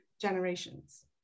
generations